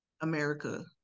America